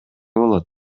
болот